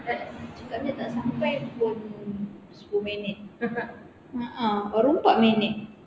cakapnya tak sampai pun sepuluh minit baru empat minit